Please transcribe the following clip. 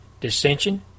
dissension